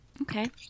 Okay